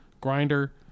Grinder